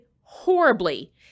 horribly